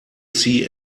see